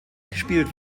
gespielt